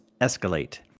escalate